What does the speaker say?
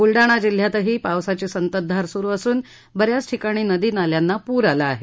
बुलडाणा जिल्ह्यातही पावसाची संततधार सुरु असून बऱ्याच ठिकाणी नदी नाल्यांना पूर आला आहे